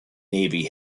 navy